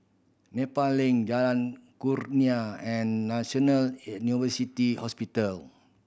Nepal Link Jalan Kurnia and National Hospital